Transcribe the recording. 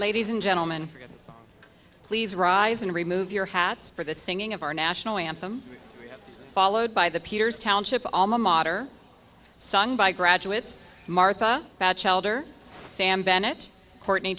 ladies and gentlemen please rise and remove your hats for the singing of our national anthem followed by the peters township all mater sung by graduates martha batchelder sam bennett courtney